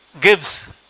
Gives